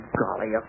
golly